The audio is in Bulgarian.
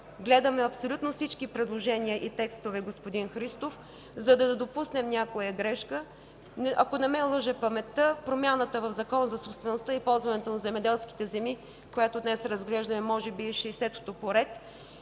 гледаме абсолютно всички предложения и текстове, господин Христов, за да не допуснем някоя грешка. Ако не ме лъже паметта, промяната в Закона за собствеността и ползването на земеделските земи, която разглеждаме днес, може би е 60-тата по ред.